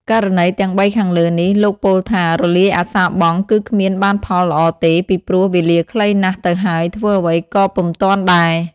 ករណីទាំងបីខាងលើនេះ លោកពោលថា រលាយអសារបង់ គឺគ្មានបានផលល្អទេ ពីព្រោះវេលាខ្លីណាស់ទៅហើយ ធ្វើអ្វីក៏ពុំទាន់ដែរ ។